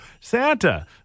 Santa